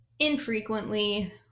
infrequently